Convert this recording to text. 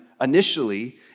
initially